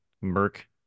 Merc